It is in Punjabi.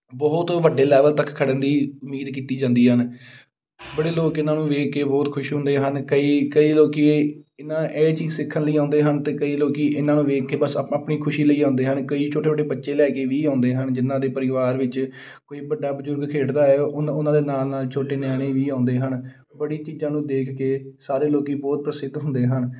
ਬਹੁਤ ਵੱਡੇ ਲੈਵਲ ਤੱਕ ਖੜ੍ਹਨ ਦੀ ਉਮੀਦ ਕੀਤੀ ਜਾਂਦੀ ਹਨ ਬੜੇ ਲੋਕ ਇਹਨਾਂ ਨੂੰ ਦੇਖ ਕੇ ਬਹੁਤ ਖੁਸ਼ ਹੁੰਦੇ ਹਨ ਕਈ ਕਈ ਲੋਕ ਇਹਨਾਂ ਇਹ ਚੀਜ਼ ਸਿੱਖਣ ਲਈ ਆਉਂਦੇ ਹਨ ਅਤੇ ਕਈ ਲੋਕ ਇਹਨਾਂ ਨੂੰ ਦੇਖ ਕੇ ਬਸ ਆਪਾਂ ਆਪਣੀ ਖੁਸ਼ੀ ਲਈ ਆਉਂਦੇ ਹਨ ਕਈ ਛੋਟੇ ਛੋਟੇ ਬੱਚੇ ਲੈ ਕੇ ਵੀ ਆਉਂਦੇ ਹਨ ਜਿਨ੍ਹਾਂ ਦੇ ਪਰਿਵਾਰ ਵਿੱਚ ਕੋਈ ਵੱਡਾ ਬਜ਼ੁਰਗ ਖੇਡਦਾ ਹੈ ਉਨ ਉਹਨਾਂ ਦੇ ਨਾਲ ਨਾਲ ਛੋਟੇ ਨਿਆਣੇ ਵੀ ਆਉਂਦੇ ਹਨ ਬੜੀ ਚੀਜ਼ਾਂ ਨੂੰ ਦੇਖ ਕੇ ਸਾਰੇ ਲੋਕ ਬਹੁਤ ਪ੍ਰਸਿੱਧ ਹੁੰਦੇ ਹਨ